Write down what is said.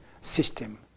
system